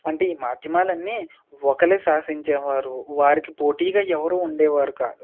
అంటే ఈ మాధ్యమాలు అన్నీ ఒకరు శాసించేవారు వారికి పోటీగా ఎవరు ఉండేవారు కాదు